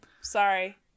sorry